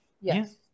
Yes